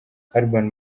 urban